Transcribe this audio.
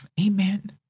Amen